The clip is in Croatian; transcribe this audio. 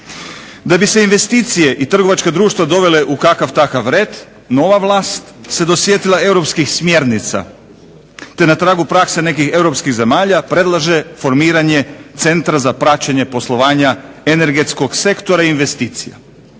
Da bi se investicije i trgovačka društva dovele u kakav-takav red, nova vlast se dosjetila europskih smjernica te na tragu prakse nekih europskih zemalja predlaže formiranje centra za praćenje poslovanja energetskog sektora i investicija